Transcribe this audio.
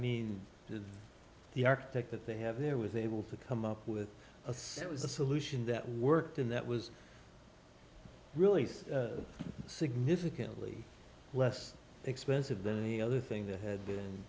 mean the architect that they have there was able to come up with a set was a solution that worked and that was really so significantly less expensive than any other thing that had been